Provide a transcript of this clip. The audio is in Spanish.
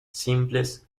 simples